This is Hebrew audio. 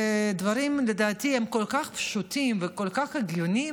הדברים, לדעתי, הם כל כך פשוטים וכל כך הגיוניים,